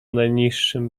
najniższym